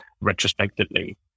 retrospectively